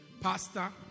pastor